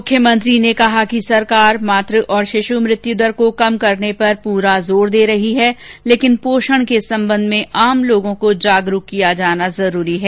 मुख्यमंत्री ने कहा कि सरकार मातू और शिशु मृत्युदर को कम करने पर पूरा जोर दे रही है लेकिन पोषण के संबंध में आम लोगों को जागरूक किया जाना जरूरी है